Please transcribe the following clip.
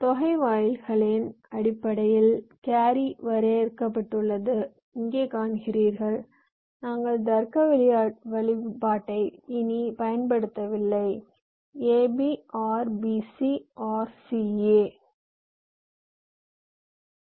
தொகை வாயில்களின் அடிப்படையில் கேரி வரையறுத்துள்ளதை இங்கே காண்கிறீர்கள் நாங்கள் தர்க்க வெளிப்பாட்டை இனி பயன்படுத்தவில்லை ab OR bc OR ca